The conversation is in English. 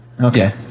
Okay